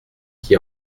qui